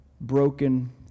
broken